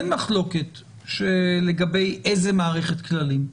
אין מחלוקת לגבי איזו מערכת כללים,